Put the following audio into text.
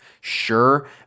Sure